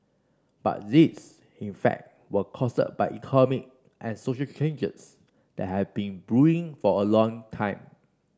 but these in fact were caused by economic and social changes that have been brewing for a long time